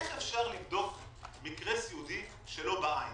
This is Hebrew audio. איך אפשר לבדוק מקרה סיעודי שלא בעין?